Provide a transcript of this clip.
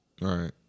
Right